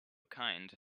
kind